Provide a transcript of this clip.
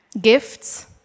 Gifts